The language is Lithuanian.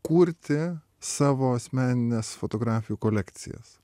kurti savo asmenines fotografijų kolekcijas